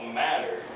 matter